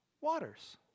waters